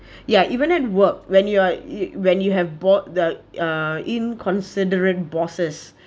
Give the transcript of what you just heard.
ya even at work when you are when you have bought the uh inconsiderate bosses